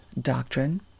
doctrine